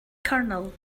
colonel